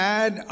add